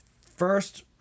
First